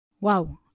Wow